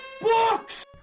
Books